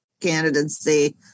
candidacy